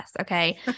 Okay